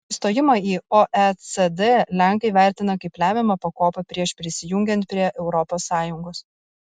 įstojimą į oecd lenkai vertina kaip lemiamą pakopą prieš prisijungiant prie europos sąjungos